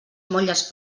molles